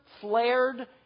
flared